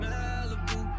Malibu